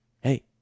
hey